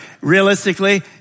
realistically